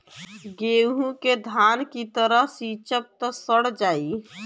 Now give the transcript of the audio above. गेंहू के धान की तरह सींचब त सड़ जाई